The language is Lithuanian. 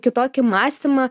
kitokį mąstymą